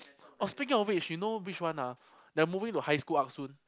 oh speaking of which you know which one ah the movie to high school arc soon